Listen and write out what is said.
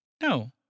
No